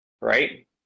right